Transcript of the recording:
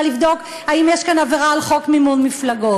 לבדוק אם יש כאן עבירה על חוק מימון מפלגות.